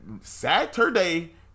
Saturday